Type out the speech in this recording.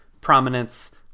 prominence